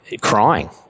crying